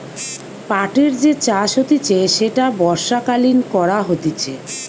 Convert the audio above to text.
পাটের যে চাষ হতিছে সেটা বর্ষাকালীন করা হতিছে